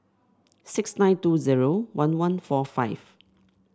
six nine two zero one one four five